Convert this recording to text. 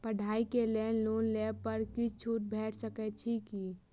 पढ़ाई केँ लेल लोन लेबऽ पर किछ छुट भैट सकैत अछि की?